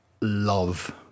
love